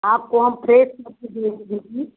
आपको हम फ्रेस सब्ज़ी दिए थे दीदी